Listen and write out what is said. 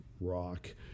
rock